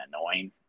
annoying